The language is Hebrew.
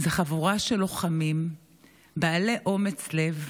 חבורה של לוחמים בעלי אומץ לב,